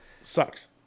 sucks